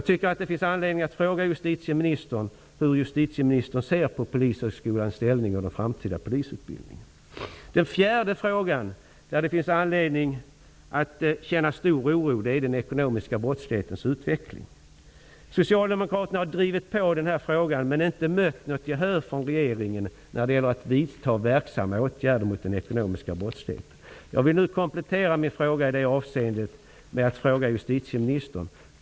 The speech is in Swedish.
Det finns anledning att fråga justitieministern hur hon ser på Polishögskolans ställning och den framtida polisutbildningen. Den fjärde frågan där det finns anledning att känna stor oro gäller den ekonomiska brottslighetens utveckling. Socialdemokraterna har drivit på den här frågan men inte mött något gehör från regeringen när det gäller att vidta verksamma åtgärder mot den ekonomiska brottsligheten. Jag vill nu komplettera min fråga i detta avseende.